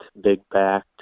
big-back